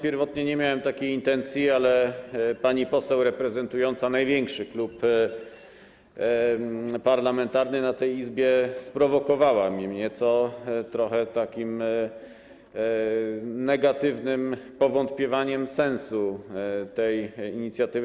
Pierwotnie nie miałem takiej intencji, ale pani poseł reprezentująca największy klub parlamentarny w tej Izbie sprowokowała mnie nieco takim negatywnym... powątpiewaniem co do sensu tej inicjatywy.